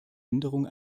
änderung